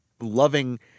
loving